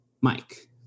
mike